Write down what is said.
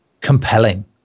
compelling